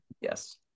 Yes